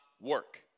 work